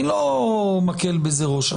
אני לא מקל בזה ראש.